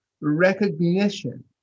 recognition